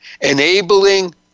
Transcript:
enabling